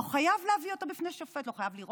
לא חייבים להביא אותו בפני שופט,